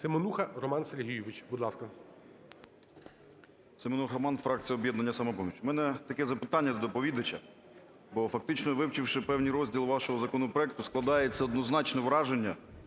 Семенуха Роман Сергійович, будь ласка. 12:33:45 СЕМЕНУХА Р.С. Семенуха Роман, фракція "Об'єднання "Самопоміч". В мене таке запитання до доповідача, бо фактично, вивчивши певний розділ вашого законопроекту, складається однозначне враження,